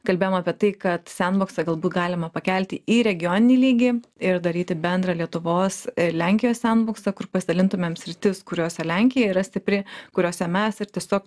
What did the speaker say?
kalbėjom apie tai kad sendboksą galbūt galima pakelti į regioninį lygį ir daryti bendrą lietuvos lenkijos sendboksą kur pasidalintumėm sritis kuriose lenkija yra stipri kuriose mes ir tiesiog